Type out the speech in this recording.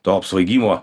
to apsvaigimo